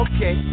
Okay